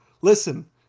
listen